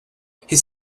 his